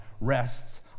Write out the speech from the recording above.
rests